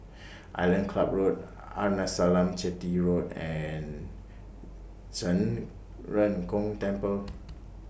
Island Club Road Arnasalam Chetty Road and Zhen Ren Gong Temple